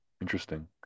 Interesting